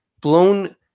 blown